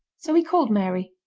so he called mary,